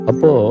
Apo